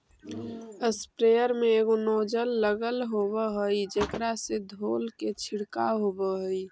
sprayer में एगो nozzle लगल होवऽ हई जेकरा से धोल के छिडकाव होवऽ हई